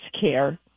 care